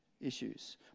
issues